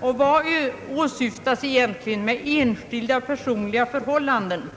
Och vad åsyftas egentligen med enskilda personliga förhållanden?